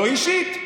לא אישית,